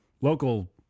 local